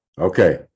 Okay